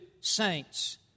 saints